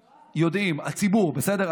יודעים, הציבור, בסדר?